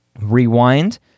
Rewind